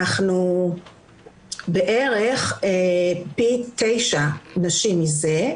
אנחנו בערך פי 9 נשים מזה,